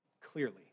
clearly